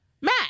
Matt